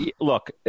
Look